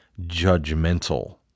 judgmental